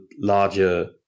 larger